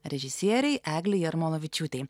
režisierei eglei jarmolavičiūtei